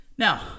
Now